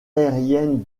aérienne